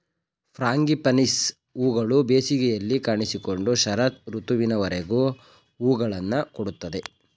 frangipanis ಹೂಗಳು ಬೇಸಿಗೆಯಲ್ಲಿ ಕಾಣಿಸಿಕೊಂಡು ಶರತ್ ಋತುವಿನವರೆಗೂ ಹೂಗಳನ್ನು ಕೊಡುತ್ತದೆ